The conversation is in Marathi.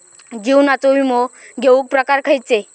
जीवनाचो विमो घेऊक प्रकार खैचे?